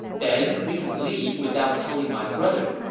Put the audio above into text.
then we can leave without telling my brother.